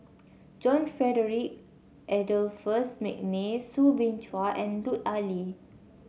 John Frederick Adolphus McNair Soo Bin Chua and Lut Ali